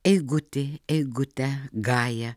eigutį eigutę gają